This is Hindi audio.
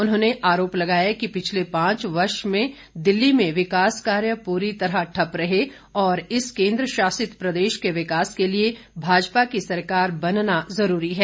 उन्होंने आरोप लगाया कि पिछले पांच वर्ष दिल्ली में विकास कार्य पूरी तरह ठप्प रहे और इस केंद्र शासित प्रदेश के विकास के लिए भाजपा की सरकार बनना जरूरी है